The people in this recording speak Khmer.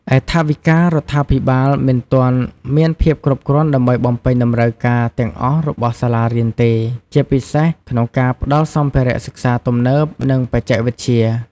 ឯថវិការដ្ឋាភិបាលមិនទាន់មានភាពគ្រប់គ្រាន់ដើម្បីបំពេញតម្រូវការទាំងអស់របស់សាលារៀនទេ ជាពិសេសក្នុងការផ្តល់សម្ភារៈសិក្សាទំនើប និងបច្ចេកវិទ្យា។